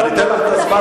אני אתן לך את הזמן,